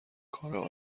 کار